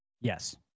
Yes